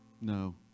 No